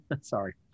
Sorry